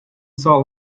saw